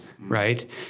right